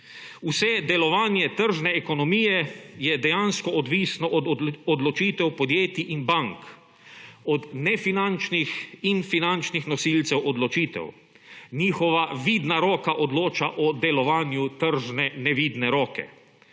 vse delovanje tržne ekonomije je dejansko odvisno od odločitev podjetij in bank, od nefinančnih in finančnih nosilcev odločitev. Njihova vidna roka odloča o delovanju tržne nevidne roke,